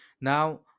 now